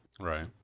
Right